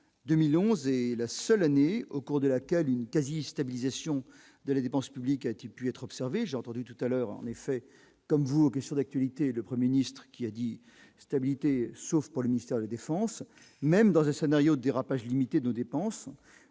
2011 et c'est la seule année au cours de laquelle une quasi-stabilisation de la dépense publique, a-t-il pu être observés, j'ai entendu tout à l'heure en effet comme vous aux questions d'actualité, le 1er ministre qui a dit : stabilité, sauf pour le ministère de la Défense, même dans le scénario dérapage limité de dépenses,